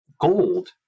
gold